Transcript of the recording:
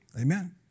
Amen